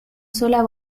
sola